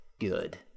good